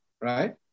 right